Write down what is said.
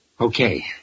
Okay